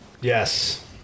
Yes